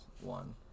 one